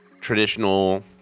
traditional